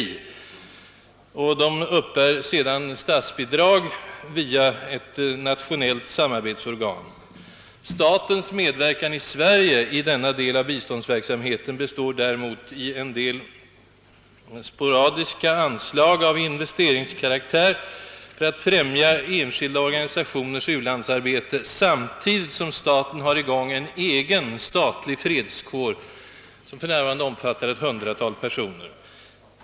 De uppbär sedan statsbidrag via ett nationellt samarbetsorgan. Statens medverkan här i Sverige i denna del av biståndsverksamheten består däremot i en del sporadiska anslag av investeringskaraktär för att främja enskilda organisationers u-landsarbete, samtidigt som staten har en egen statlig fredskår i gång, som för närvarande omfattar ett hundratal personer.